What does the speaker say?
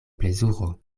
plezuro